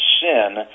sin